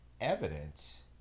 evidence